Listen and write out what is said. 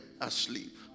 asleep